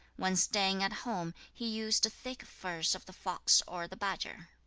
when staying at home, he used thick furs of the fox or the badger.